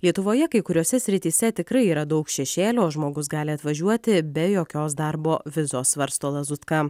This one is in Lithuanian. lietuvoje kai kuriose srityse tikrai yra daug šešėlio žmogus gali atvažiuoti be jokios darbo vizos svarsto lazutka